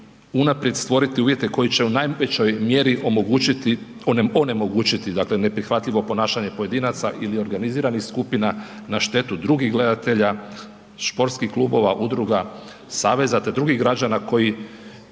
unaprijed stvoriti uvjete koji će u najvećoj mjeri onemogućiti dakle neprihvatljivo ponašanje pojedinaca ili organiziranih skupina na štetu drugih gledatelja, športskih klubova, udruga, saveza te drugih građana koji